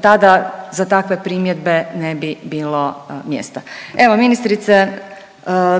tada, za takve primjedbe ne bi bilo mjesta. Evo, ministrice,